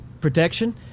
protection